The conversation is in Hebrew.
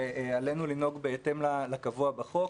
ועלינו לנהוג בהתאם לקבוע בחוק